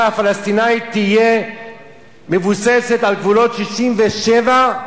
פלסטינית יהיה מבוסס על גבולות 67',